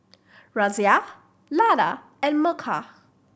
Razia Lata and Milkha